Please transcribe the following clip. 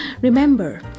Remember